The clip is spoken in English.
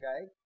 Okay